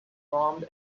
formed